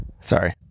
Sorry